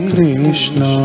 Krishna